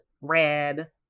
red